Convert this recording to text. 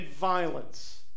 violence